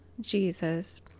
Jesus